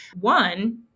one